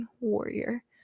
warrior